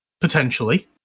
potentially